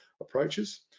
approaches